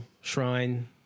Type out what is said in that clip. Shrine